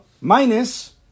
minus